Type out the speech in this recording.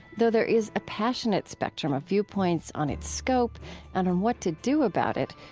though there is a passionate spectrum of viewpoints on its scope and on what to do about it,